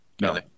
No